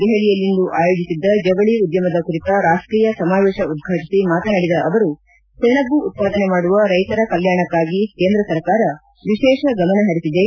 ದೆಹಲಿಯಲ್ಲಿಂದು ಆಯೋಜಿಸಿದ್ದ ಜವಳಿ ಉದ್ಲಮದ ಕುರಿತ ರಾಷ್ಷೀಯ ಸಮಾವೇಶ ಉದ್ವಾಟಿಸಿ ಮಾತನಾಡಿದ ಅವರು ಸೆಣಬು ಉತ್ಪಾದನೆ ಮಾಡುವ ರೈತರ ಕಲ್ಯಾಣಕ್ಷಾಗಿ ಕೇಂದ್ರ ಸರ್ಕಾರ ವಿಶೇಷ ಗಮನ ಹರಿಸಿದೆ